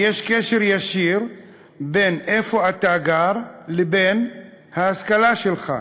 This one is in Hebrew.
יש קשר ישיר בין איפה אתה גר לבין ההשכלה שלך.